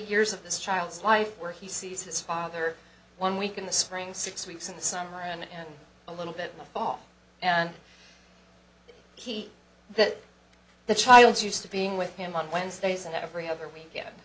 years of this child's life where he sees his father one week in the spring six weeks in the summer and a little bit fall and he that the child's used to being with him on wednesdays and every other weekend